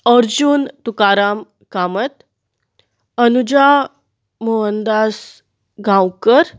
Arjun Tukaram Kamat Anuja Mohandas Gaonkar